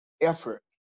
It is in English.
effort